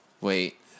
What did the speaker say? wait